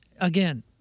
Again